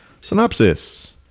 Synopsis